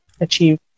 achieve